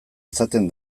izaten